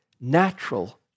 natural